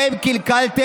שקר,